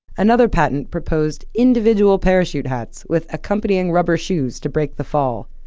another patent proposed individual parachutes hats with accompanying rubber shoes to break the fall.